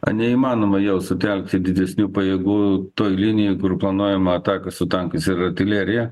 neįmanoma jau sutelkti didesnių pajėgų toj linijoj kur planuojama atakos su tankais ir artilerija